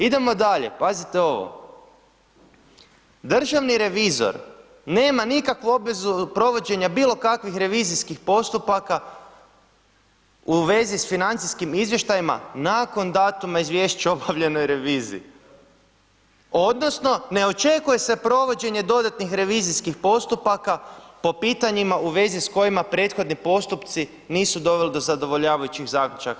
Idemo dalje, pazite ovo, državni revizor nema nikakvu obvezu provođenja bilo kakvih revizijskih postupaka u vezi s financijskim izvještajima nakon datuma izvješća o obavljenoj reviziji odnosno ne očekuje se provođenje dodatnih revizijskih postupaka po pitanjima u vezi s kojima prethodni postupci nisu doveli do zadovoljavajućih zaključaka.